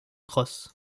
cross